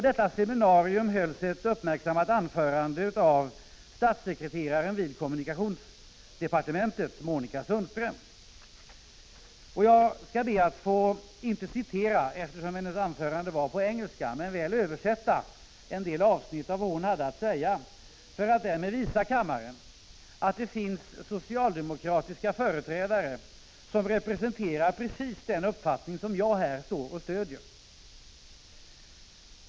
Där hölls ett uppmärksammat anförande av statssekreteraren i kommunikationsdepartementet Monica Sundström. Jag kan inte citera ur hennes anförande, eftersom det var på engelska, men jag skall översätta en del avsnitt av vad hon hade att säga för att därmed visa kammaren att det finns socialdemokratiska företrädare som representerar precis den uppfattning som jag stöder.